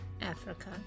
Africa